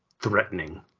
threatening